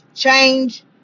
change